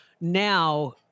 now